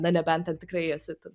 na nebent ten tikrai esi tu